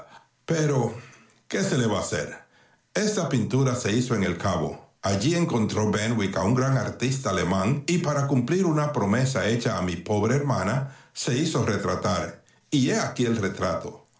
pero qué se le va a hacer esta pintura se hizo en el cabo allí encontró benwick a un gran artista alemán y para cumplir una promesa hecha a mi pobre hermana se hizo retratar y he aquí el retrato